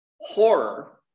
horror